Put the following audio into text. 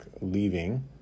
leaving